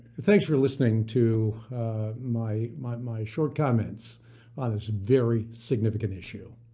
thanks for listening to my my short comments on this very significant issue.